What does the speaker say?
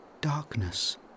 darkness